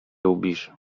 lubisz